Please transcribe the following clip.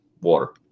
water